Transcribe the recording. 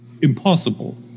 impossible